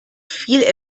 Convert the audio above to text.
viel